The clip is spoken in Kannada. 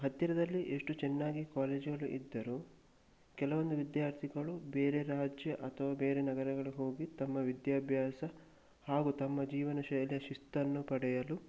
ಹತ್ತಿರದಲ್ಲಿ ಎಷ್ಟು ಚೆನ್ನಾಗಿ ಕಾಲೇಜ್ಗಳು ಇದ್ದರೂ ಕೆಲವೊಂದು ವಿದ್ಯಾರ್ಥಿಗಳು ಬೇರೆ ರಾಜ್ಯ ಅಥವಾ ಬೇರೆ ನಗರಗಳಿಗೆ ಹೋಗಿ ತಮ್ಮ ವಿದ್ಯಾಭ್ಯಾಸ ಹಾಗೂ ತಮ್ಮ ಜೀವನಶೈಲಿಯ ಶಿಸ್ತನ್ನು ಪಡೆಯಲು